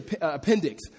appendix